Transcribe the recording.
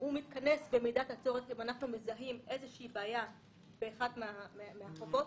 הוא מתכנס במידת הצורך אם אנחנו מזהים איזושהי בעיה באחד מהחובות.